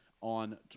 on